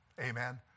Amen